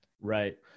Right